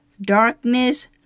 darkness